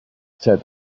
said